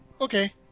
Okay